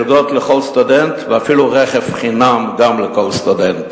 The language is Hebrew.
מלגות לכל סטודנט ואפילו רכב חינם גם לכל סטודנט.